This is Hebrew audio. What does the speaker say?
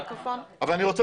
אני רוצה